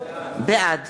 בעד